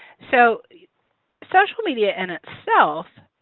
so social media in itself